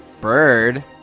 bird